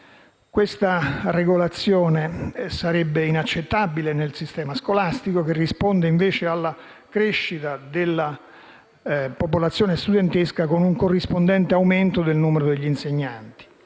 Questa regolazione sarebbe inaccettabile nel sistema scolastico, che risponde, invece, alla crescita della popolazione studentesca con un corrispondente aumento del numero degli insegnanti.